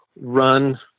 run